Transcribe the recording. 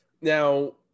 Now